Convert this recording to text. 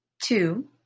two